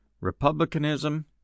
Republicanism